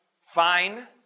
fine